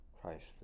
Christ